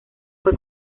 fue